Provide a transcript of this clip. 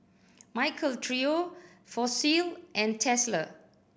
Michael Trio Fossil and Tesla